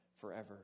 forever